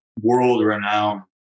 world-renowned